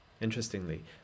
Interestingly